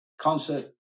concert